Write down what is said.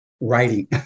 writing